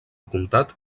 comtat